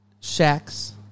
shacks